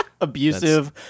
abusive